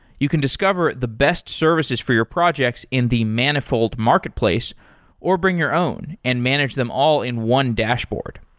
you can discover the best services for your projects in the manifold marketplace or bring your own and manage them all in one dashboard.